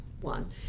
one